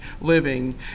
living